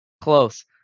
Close